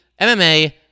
MMA